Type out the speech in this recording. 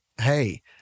hey